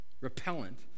repellent